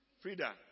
Frida